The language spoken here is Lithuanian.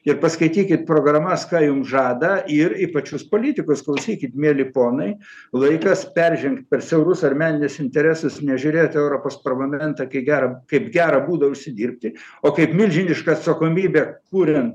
ir paskaitykit programas ką jums žada ir į pačius politikus klausykit mieli ponai laikas peržengt per siaurus ar meninius interesus nežiūrėt į europos parlamentą kai geram kaip gerą būdą užsidirbti o kaip milžinišką atsakomybę kuriant